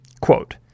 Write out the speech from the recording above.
Quote